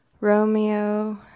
Romeo